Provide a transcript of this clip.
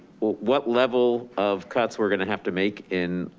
what level of cuts we're gonna have to make in